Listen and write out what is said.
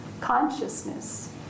consciousness